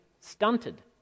stunted